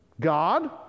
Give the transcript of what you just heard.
God